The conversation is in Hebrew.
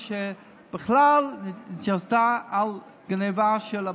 שבכלל נוסדה על גנבה של הבוחרים.